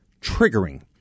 triggering